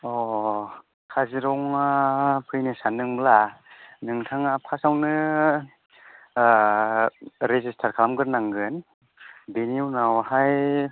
अ' काजिरङा फैनो सानदोंब्ला नोंथाङा फार्स्त आवनो रेजिस्थार खालामगोरनांगोन बिनि उनाव हाय